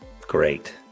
great